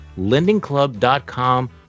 LendingClub.com